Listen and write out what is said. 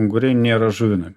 unguriai nėra žuvinami